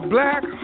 Black